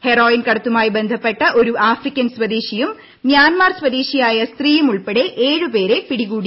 heroin കടത്തുമായി ബന്ധപ്പെട്ട് ഒരു ആഫ്രിക്കൻ സ്വദേശിയും മൃാൻമർ സ്വദേശിയായ സ്ത്രീയും ഉൾപ്പടെ ഏഴു പേരെ പിടികൂടി